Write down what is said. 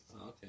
Okay